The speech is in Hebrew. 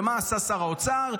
ומה עשה שר האוצר?